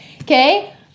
Okay